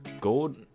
Gold